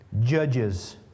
judges